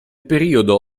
periodo